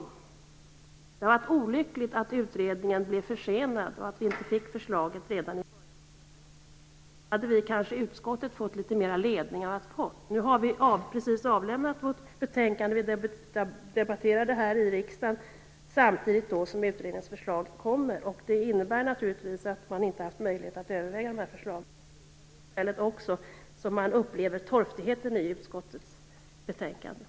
Det är olyckligt att utredningen blev försenad och att vi inte fick förslaget redan i början av februari. Då hade vi i utskottet kanske fått litet mer ledning än vad vi har fått. Nu har vi precis avlämnat vårt betänkande. Vi debatterar det här i riksdagen samtidigt som utredningens förslag kommer. Det innebär naturligtvis att man inte haft möjlighet att överväga förslagen. Det är också av det skälet som man upplever torftigheten i utskottets betänkande.